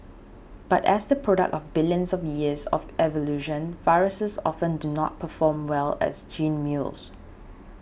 but as the product of billions of years of evolution viruses often do not perform well as gene mules